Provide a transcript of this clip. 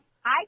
Hi